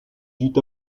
dut